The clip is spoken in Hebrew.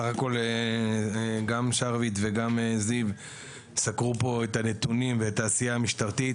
בסך הכול גם שרביט וגם זיו סקרו פה את הנתונים ואת העשייה המשטרתית.